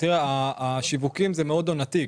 השיווקים הם עונתיים.